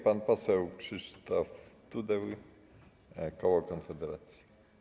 Pan poseł Krzysztof Tuduj, koło Konfederacji.